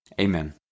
Amen